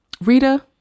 Rita